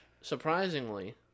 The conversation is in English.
surprisingly